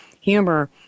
humor